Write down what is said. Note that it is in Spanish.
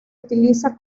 utiliza